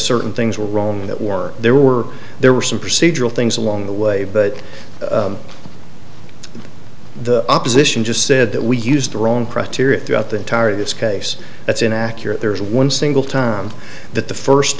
certain things were wrong that were there were there were some procedural things along the way but the opposition just said that we used or own criteria throughout the entire this case that's inaccurate there's one single time that the first